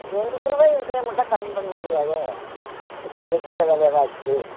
rent ரூவாய் ஒரேமுட்டாக கம்மி பண்ண முடியாதேங்க இப்போ விற்கிற வில வாசி